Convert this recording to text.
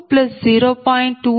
20